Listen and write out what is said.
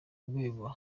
rwego